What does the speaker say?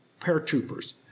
paratroopers